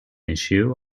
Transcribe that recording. issue